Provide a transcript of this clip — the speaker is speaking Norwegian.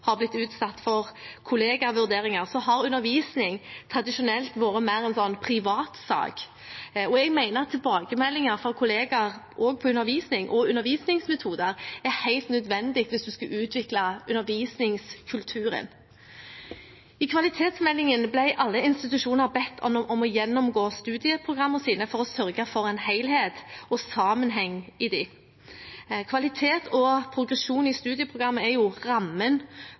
har blitt utsatt for kollegavurderinger, har undervisningen tradisjonelt vært mer en «privatsak». Jeg mener at tilbakemeldinger fra kollegaer også på undervisning og undervisningsmetoder er helt nødvendig hvis man skal utvikle undervisningskulturen. I kvalitetsmeldingen ble alle institusjoner bedt om å gjennomgå studieprogrammene sine for å sørge for helhet og sammenheng i dem. Kvalitet og progresjon i studieprogrammene er jo rammen